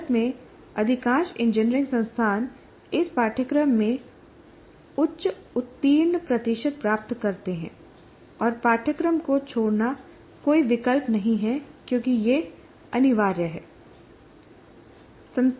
भारत में अधिकांश इंजीनियरिंग संस्थान इस पाठ्यक्रम में उच्च उत्तीर्ण प्रतिशत प्राप्त करते हैं और पाठ्यक्रम को छोड़ना कोई विकल्प नहीं है क्योंकि यह अनिवार्य है